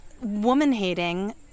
woman-hating